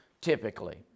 typically